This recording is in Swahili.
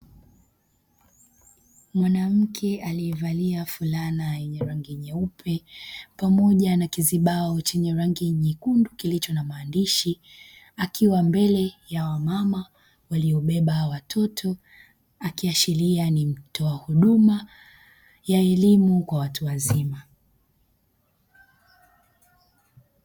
Mwanamke alievalia fulana yenye rangi nyeupe pamoja na kizibao chenye rangi nyekundu kilicho na maandishi, akiwa mbele ya wamama waliobeba watoto akiashiria ni mtoa huduma ya elimu kwa watu wazima.